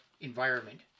environment